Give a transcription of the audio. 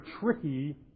tricky